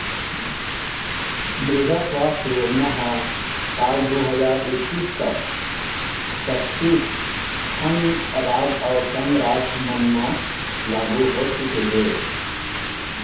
मृदा सुवास्थ योजना ह साल दू हजार एक्कीस तक बत्तीस ठन राज अउ संघ राज मन म लागू हो चुके हे